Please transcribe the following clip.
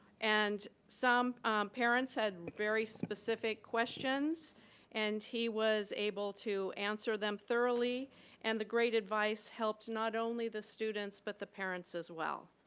and some parents had very specific questions and he was able to answer them thoroughly and the great advice helped not only the students, but the parents as well.